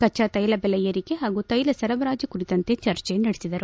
ಕಚ್ಚಾ ತೈಲ ಬೆಲೆ ಏರಿಕೆ ಹಾಗೂ ತೈಲ ಸರಬರಾಜು ಕುರಿತಂತೆ ಚರ್ಚೆ ನಡೆಸಿದರು